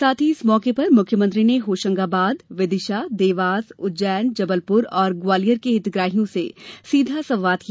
साथ ही इस मौके पर मुख्यमंत्री ने होशंगाबाद विदिशा देवास उज्जैन जबलपुर और ग्वालियर के हितग्राहियों से सीधा संवाद किया